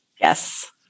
Yes